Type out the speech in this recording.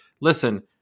listen